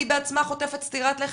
היא בעצמה חוטפת סטירת לחי